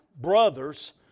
brothers